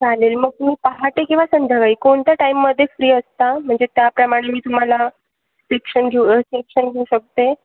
चालेल मग मी पहाटे किंवा संध्याकाळी कोणत्या टाईममध्ये फ्री असता म्हणजे त्याप्रमाणे मी तुम्हाला सिक्शन घेऊ सेक्शन घेऊ शकते